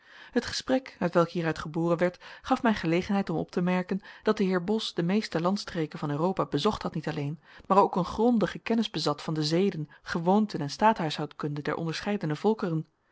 het gesprek hetwelk hieruit geboren werd gaf mij gelegenheid om op te merken dat de heer bos de meeste landstreken van europa bezocht had niet alleen maar ook een grondige kennis bezat van de zeden gewoonten en staathuishoudkunde der onderscheidene volkeren